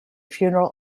funeral